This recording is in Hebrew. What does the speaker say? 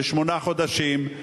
ושמונה חודשים,